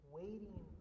waiting